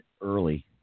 early